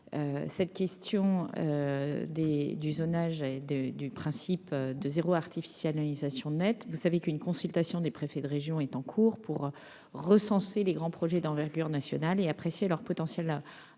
cette question du zonage et du principe de « zéro artificialisation nette ». Vous le savez, une consultation des préfets de région est en cours, pour recenser les grands projets d'envergure nationale et apprécier leur potentiel impact